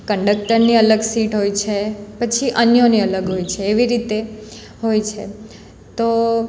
કંડક્ટરની અલગ સીટ હોય છે પછી અન્યોની અલગ હોય છે એવી રીતે હોય છે તો